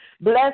Bless